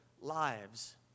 lives